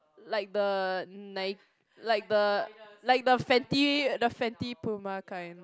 like the Nike like the like the Fenty the Fenty Puma kind